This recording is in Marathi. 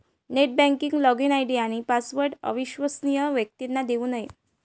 नेट बँकिंग लॉगिन आय.डी आणि पासवर्ड अविश्वसनीय व्यक्तींना देऊ नये